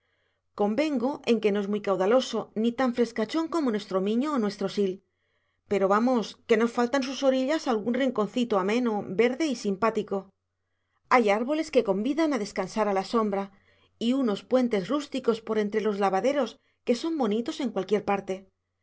convengo en que no es muy caudaloso ni tan frescachón como nuestro miño o nuestro sil pero vamos que no falta en sus orillas algún rinconcito ameno verde y simpático hay árboles que convidan a descansar a la sombra y unos puentes rústicos por entre los lavaderos que son bonitos en cualquier parte